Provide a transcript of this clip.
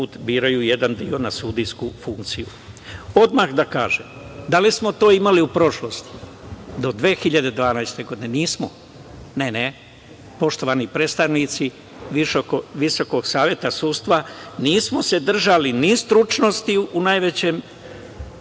da kažem, da li smo to imali u prošlosti do 2012. godine? Nismo. Ne, ne. Poštovani predstavnici Visokog saveta sudstva, nismo se držali ni stručnosti u najvećem